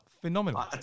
phenomenal